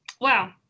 Wow